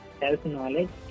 self-knowledge